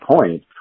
point